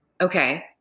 Okay